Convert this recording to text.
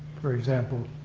for example.